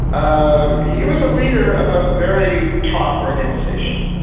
ah he was a leader of a very taut organization